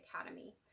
Academy